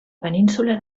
península